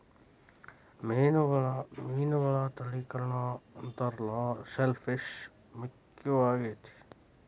ಮೇನುಗಳ ತಳಿಕರಣಾ ಅಂತಾರ ಶೆಲ್ ಪಿಶ್ ಮುಖ್ಯವಾಗೆತಿ